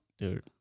Dude